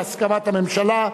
בהסכמת הממשלה?